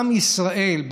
עם ישראל,